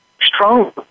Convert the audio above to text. strong